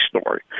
story